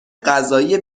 قضایی